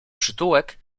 przytułek